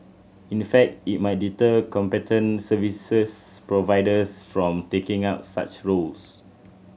in the fact it might deter competent services providers from taking up such roles